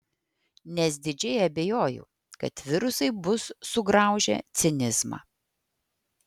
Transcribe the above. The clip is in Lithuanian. nes didžiai abejoju kad virusai bus sugraužę cinizmą